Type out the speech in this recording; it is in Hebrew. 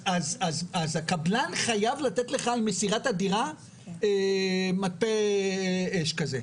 אז הקבלן חייב לתת לך עם מסירת הדירה מטף אש כזה,